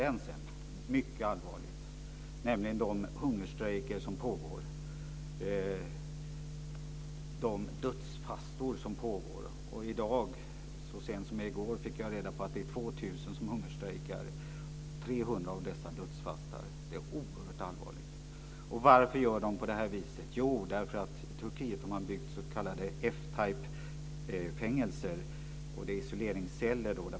Det är mycket allvarligt med de hungerstrejker som pågår, de dödsfastor som pågår. Så sent som i går fick jag reda på att det är 2 000 som hungerstrejkar, 300 av dessa är dödsfastare. Det är oerhört allvarligt. Varför gör de på det här viset? Jo, därför att man i Turkiet har byggt s.k. F-type-fängelser. Det är isoleringsceller.